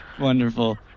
Wonderful